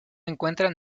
encuentran